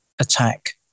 attack